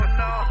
no